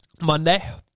Monday